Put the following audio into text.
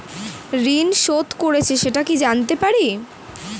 ঋণ শোধ করেছে সেটা কি জানতে পারি?